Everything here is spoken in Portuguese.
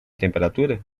temperatura